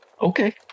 Okay